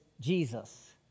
Jesus